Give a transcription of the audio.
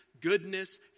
goodness